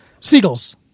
Seagulls